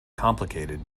complicated